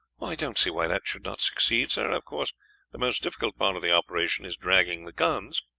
i don't see why that should not succeed, sir. of course the most difficult part of the operation is dragging the guns.